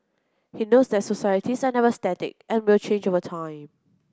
he notes that societies are never static and will change over time